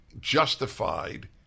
justified